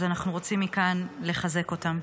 אז אנחנו רוצים מכאן לחזק אותם.